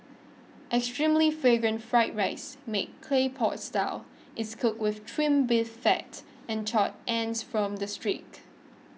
extremely Fragrant Fried Rice made Clay Pot Style is cooked with Trimmed Beef Fat and charred ends from the